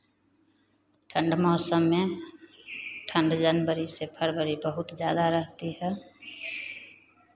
ठंड मौसम में ठंड जनवरी से फरवरी बहुत ज़्यादा रहती है